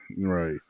Right